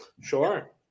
Sure